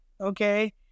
okay